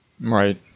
Right